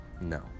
no